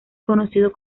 conocido